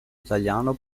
italiano